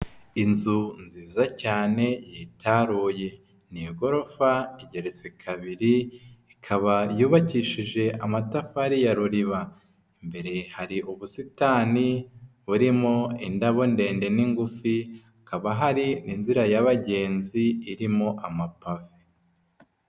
Inzu nziza cyane yitaruye ni igorofa igeretse kabiri ikaba yubakishije amatafari ya ruriba, imbere hari ubusitani burimo indabo ndende n'ingufi, hakaba hari n'inzira y'abagenzi irimo amapave.